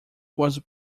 was